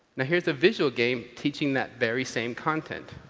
now here's a video game teaching that very same content.